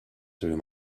through